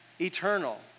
Eternal